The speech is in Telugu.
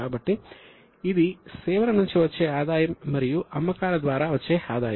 కాబట్టి ఇది సేవల నుండి వచ్చే ఆదాయం మరియు అమ్మకాల ద్వారా వచ్చే ఆదాయం